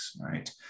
right